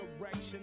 direction